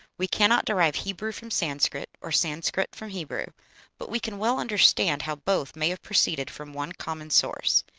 we cannot derive hebrew from sanscrit, or sanscrit from hebrew but we can well understand how both may have proceeded from one common source.